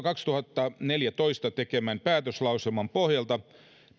kaksituhattaneljätoista tekemän päätöslauselman pohjalta